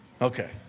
Okay